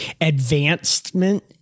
advancement